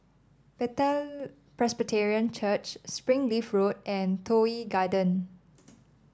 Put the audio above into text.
Bethel Presbyterian Church Springleaf Road and Toh Yi Garden